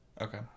Okay